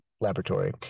laboratory